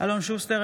אלון שוסטר,